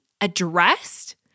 addressed